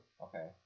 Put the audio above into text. Okay